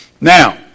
Now